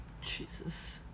Jesus